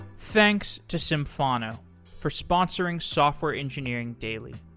thanks to symphono for sponsoring software engineering daily.